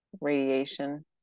radiation